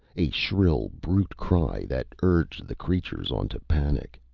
a shrill brute cry that urged the creatures on to panic.